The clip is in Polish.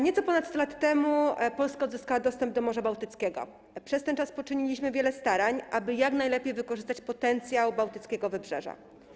Nieco ponad 100 lat temu Polska odzyskała dostęp do Morza Bałtyckiego, a przez ten czas poczyniliśmy wiele starań, aby jak najlepiej wykorzystać potencjał bałtyckiego Wybrzeża.